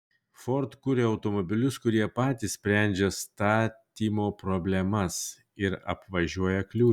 ford kuria automobilius kurie patys sprendžia statymo problemas ir apvažiuoja kliūtis